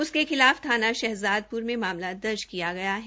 उसके खिलाफ थाना शहज़ादप्र में मामला दर्ज किया गया है